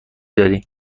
داری